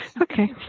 Okay